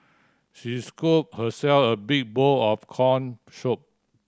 she scoop herself a big bowl of corn soup